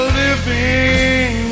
living